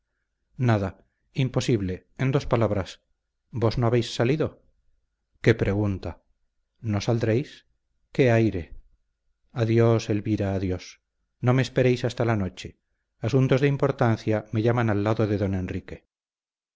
nada imposible en dos palabras vos no habéis salido qué pregunta no saldréis qué aire adiós elvira adiós no me esperéis hasta la noche asuntos de importancia me llaman al lado de don enrique